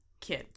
Kid